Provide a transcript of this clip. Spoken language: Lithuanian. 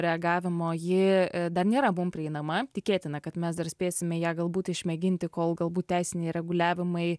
reagavimo ji dar nėra mum prieinama tikėtina kad mes dar spėsime ją galbūt išmėginti kol galbūt teisiniai reguliavimai